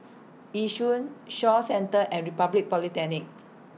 Yishun Shaw Centre and Republic Polytechnic